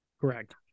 Correct